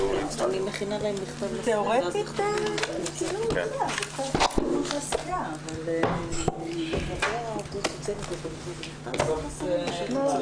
12:35.